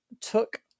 took